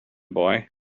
boy